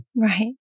Right